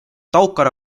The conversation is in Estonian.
taukar